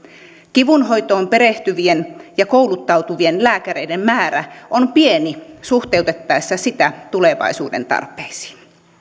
kivunhoitoon perehtyvien ja kouluttautuvien lääkäreiden määrä on pieni suhteutettaessa sitä tulevaisuuden tarpeisiin